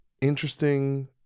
interesting